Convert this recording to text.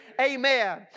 Amen